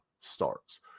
starts